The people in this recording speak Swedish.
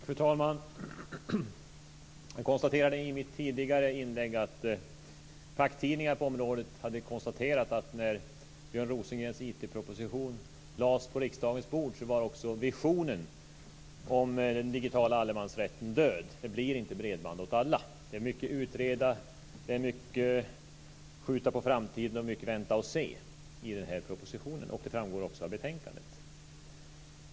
Fru talman! Jag sade i mitt tidigare inlägg att facktidningar på området hade konstaterat att när Björn Rosengrens IT-proposition lades fram på riksdagens bord så var också visionen om den digitala allemansrätten död - det blir inte bredband åt alla. Det är mycket "utreda", det är mycket "skjuta på framtiden" och mycket "vänta och se" i propositionen, vilket också framgår av betänkandet.